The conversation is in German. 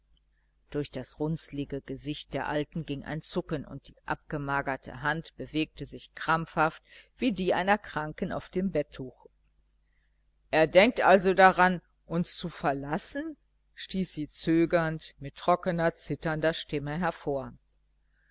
durch das runzlige gesicht der alten ging ein zucken und die abgemagerte hand bewegte sich krampfhaft wie die einer kranken auf dem bettuch er denkt also daran uns zu verlassen stieß sie zögernd mit trockener zitternder stimme hervor